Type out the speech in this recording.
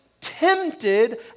tempted